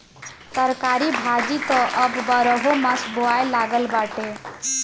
तरकारी भाजी त अब बारहोमास बोआए लागल बाटे